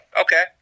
Okay